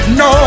no